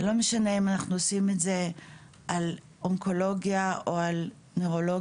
זה לא משנה אם אנחנו עושים את זה על אונקולוגיה או על נוירולוגיה,